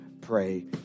pray